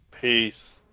Peace